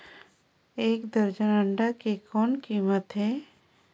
एक दर्जन अंडा के कौन कीमत हे?